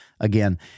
again